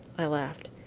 i laughed.